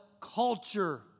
culture